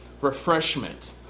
refreshment